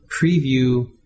preview